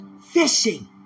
Fishing